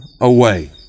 away